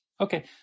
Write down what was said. Okay